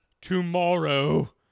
tomorrow